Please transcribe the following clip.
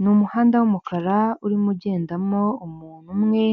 Ni numuhanda w'umukara urimo ugendamo umuntu umwe,